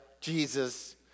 Jesus